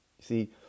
see